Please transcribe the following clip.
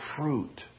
fruit